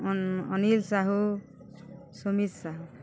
on Anil Sahu Sumit Sahu